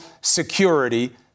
security